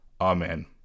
amen